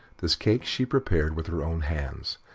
this cake she prepared with her own hands,